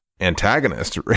antagonist